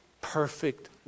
perfect